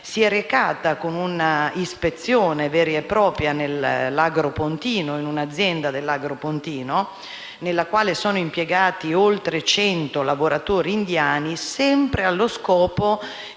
si è recata, con un'ispezione vera e propria, in un'azienda dell'agro pontino nella quale sono impiegati oltre 100 lavoratori indiani, sempre allo scopo